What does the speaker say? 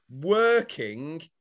working